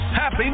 Happy